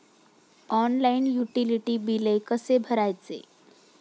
Online utility बिले कसे भरायचे?